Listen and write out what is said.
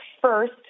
first